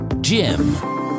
Jim